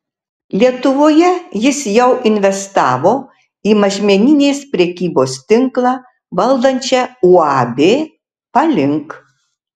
lietuvoje jis jau investavo į mažmeninės prekybos tinklą valdančią uab palink